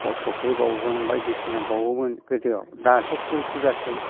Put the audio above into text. बायदिसिना बाउगोन गोदोआव दाथ' फुल फुजासो